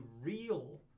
real